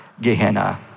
Gehenna